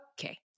okay